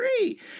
great